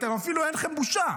אפילו אין לכם בושה.